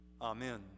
Amen